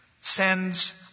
sends